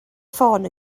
ffôn